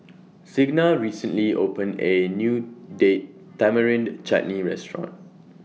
Signa recently opened A New Date Tamarind Chutney Restaurant